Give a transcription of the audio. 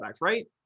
right